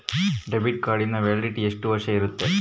Debit ಕಾರ್ಡಿನ validity ಎಷ್ಟು ವರ್ಷ ಇರುತ್ತೆ?